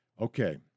Okay